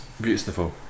Beautiful